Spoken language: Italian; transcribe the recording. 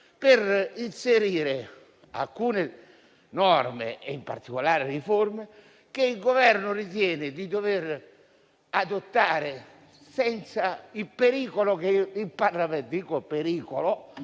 per inserire alcune norme, in particolare riforme, che il Governo ritiene di dover adottare, senza il pericolo - sottolineo pericolo